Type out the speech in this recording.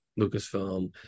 Lucasfilm